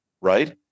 right